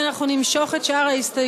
נא לשבת.